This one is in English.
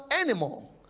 anymore